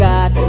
God